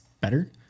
better